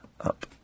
up